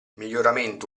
miglioramento